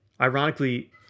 Ironically